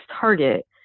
target